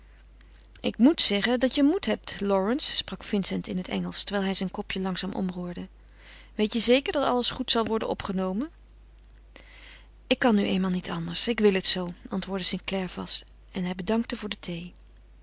ik moet zeggen dat je moed hebt lawrence sprak vincent in het engelsch terwijl hij zijn kopje langzaam omroerde weet je zeker dat alles goed zal worden opgenomen ik kan nu eenmaal niet anders ik wil het zoo antwoordde st clare vast en hij bedankte voor de thee